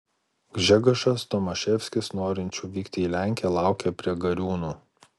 gžegožas tomaševskis norinčių vykti į lenkiją laukė prie gariūnų